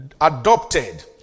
adopted